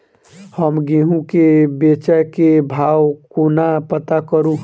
हम गेंहूँ केँ बेचै केँ भाव कोना पत्ता करू?